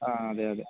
ആ അതെ അതെ